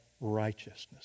righteousness